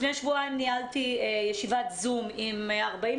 לפני שבועיים ניהלתי ישיבת זום עם 49,